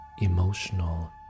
emotional